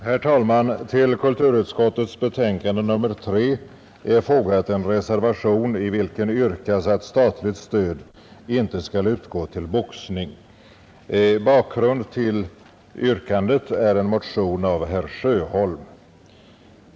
Herr talman! Till kulturutskottets betänkande nr 3 har fogats en reservation, i vilken yrkas att statligt stöd inte skall utgå till boxningen. Bakom det yrkandet ligger en motion av herr Sjöholm.